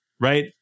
right